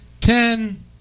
Ten